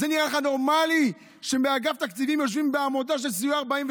זה נראה לך נורמלי שמאגף תקציבים יושבים בעמותה של סיוע 48,